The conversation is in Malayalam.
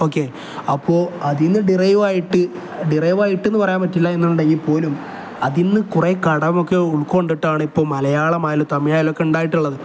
ഓക്കെ അപ്പോൾ അതിൽ നിന്ന് ഡിറൈവായിട്ട് ഡിറൈവായിട്ടെന്ന് പറയാൻ പറ്റില്ല എന്നുണ്ടെങ്കിൽ പോലും അതിൽ നിന്ന് കുറേ കടമൊക്കെ ഉൾക്കൊണ്ടിട്ടാണ് ഇപ്പം മലയാളം ആയാലും തമിഴായാലുമൊക്കെ ഉണ്ടായിട്ടുള്ളത്